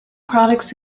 products